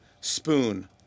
Spoon